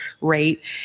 rate